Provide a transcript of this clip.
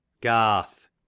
Garth